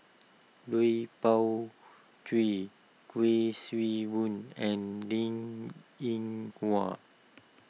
Lui Pao Chuen Kuik Swee Boon and Linn in Hua